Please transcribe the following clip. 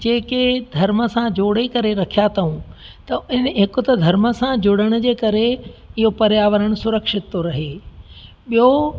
जेके धर्म सां जोड़े करे रखिया अथाऊं त इन हिकु त धर्म सां जुड़ण जे करे इहो पर्यावरण सुरक्षित थो रहे ॿियो